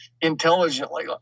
intelligently